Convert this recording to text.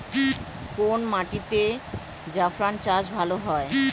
কোন মাটিতে জাফরান চাষ ভালো হয়?